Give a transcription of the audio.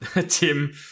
Tim